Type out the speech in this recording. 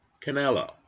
Canelo